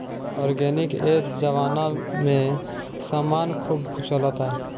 organic ए जबाना में समान खूब चलता